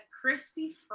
crispy